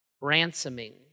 ransoming